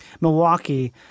Milwaukee